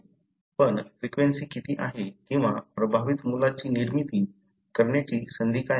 पण फ्रिक्वेंसी किती आहे किंवा प्रभावित मुलाची निर्मिती करण्याची संधी काय आहे